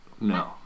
No